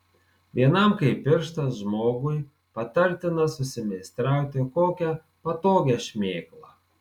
vienam kaip pirštas žmogui patartina susimeistrauti kokią patogią šmėklą